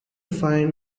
find